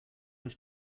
was